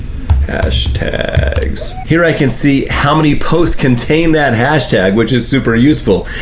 hashtags, here i can see how many posts contain that hashtag, which is super useful,